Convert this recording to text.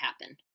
happen